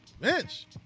bench